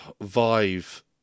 Vive